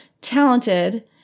talented